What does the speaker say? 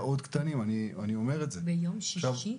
ביום שישי,